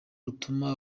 rutuma